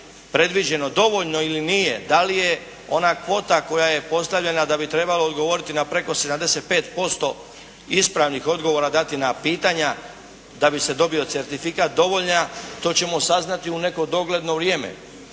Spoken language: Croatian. predviđeno dovoljno ili nije, da li je ona kvota koja je postavljena da bi trebalo odgovoriti na preko 75% ispravnih odgovora dati na pitanja da bi se dobio certifikat dovoljan, to ćemo saznati u neko dogledno vrijeme.